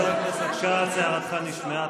חבר הכנסת כץ, הערתך נשמעה.